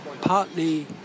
partly